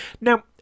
now